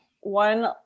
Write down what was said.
one